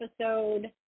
episode